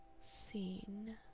scene